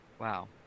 Wow